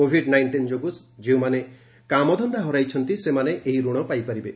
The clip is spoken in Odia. କୋବିଡ୍ ନାଇଷ୍ଟିନ୍ ଯୋଗୁଁ ଯେଉଁମାନେ କାମଧନ୍ଦା ହରାଇଛନ୍ତି ସେମାନେ ଏହି ଋଣ ପାଇପାରିବେ